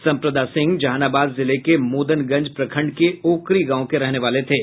संप्रदा सिंह जहानाबाद जिले के मोदनगंज प्रखंड के ओकरी गांव के रहने वाले थे